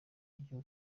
ryo